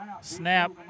snap